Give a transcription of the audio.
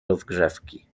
rozgrzewki